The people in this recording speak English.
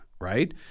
right